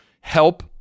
help